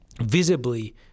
visibly